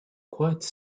quite